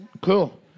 Cool